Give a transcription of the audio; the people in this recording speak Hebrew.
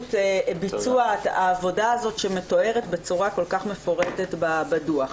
באמצעות ביצוע העבודה הזאת שמתוארת בצורה כל כך מפורטת בדוח.